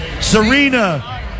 Serena